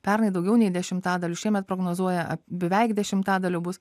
pernai daugiau nei dešimtadaliu šiemet prognozuoja beveik dešimtadaliu bus